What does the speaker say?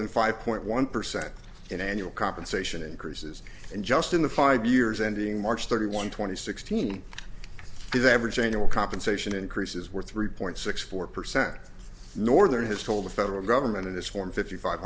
than five point one percent in annual compensation increases and just in the five years ending march thirty one twenty sixteen the average annual compensation increases were three point six four percent northern has told the federal government in its form fifty five